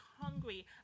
hungry